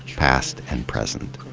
past and present.